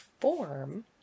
form